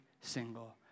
single